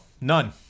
None